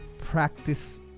practice